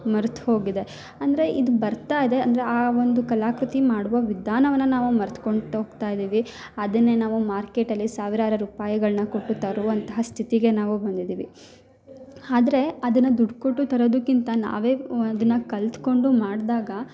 ಮರ್ತು ಹೋಗಿದೆ ಅಂದರೆ ಇದು ಬರ್ತಾ ಇದೆ ಅಂದರೆ ಆ ಒಂದು ಕಲಾಕೃತಿ ಮಾಡುವ ವಿಧಾನವನ್ನ ನಾವು ಮರ್ತ್ಕೊಂಡು ಹೋಗ್ತಾ ಇದ್ದೀವಿ ಅದನ್ನೇ ನಾವು ಮಾರ್ಕೆಟಲ್ಲಿ ಸಾವಿರಾರು ರೂಪಾಯಿಗಳನ್ನ ಕೊಟ್ಟು ತರುವಂತಹ ಸ್ಥಿತಿಗೆ ನಾವು ಬಂದಿದ್ದೀವಿ ಆದರೆ ಅದನ್ನ ದುಡ್ಡು ಕೊಟ್ಟು ತರೋದಕ್ಕಿಂತ ನಾವೇ ಅದನ್ನ ಕಲ್ತ್ಕೊಂಡು ಮಾಡ್ದಾಗ